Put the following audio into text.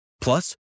Plus